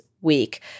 week